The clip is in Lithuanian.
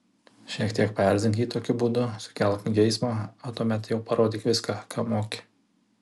šiek tiek paerzink jį tokiu būdu sukelk geismą o tuomet jau parodyk viską ką moki